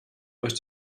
euch